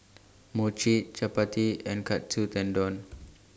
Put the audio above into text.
Mochi Chapati and Katsu Tendon